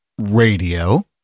radio